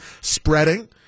spreading